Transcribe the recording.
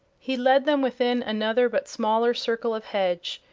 he led them within another but smaller circle of hedge,